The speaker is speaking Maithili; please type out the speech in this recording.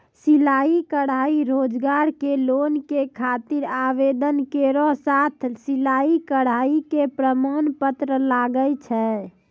सिलाई कढ़ाई रोजगार के लोन के खातिर आवेदन केरो साथ सिलाई कढ़ाई के प्रमाण पत्र लागै छै?